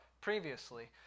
previously